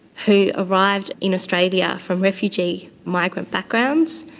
who arrived in australia from refugee migrant backgrounds,